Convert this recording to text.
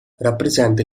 rappresenta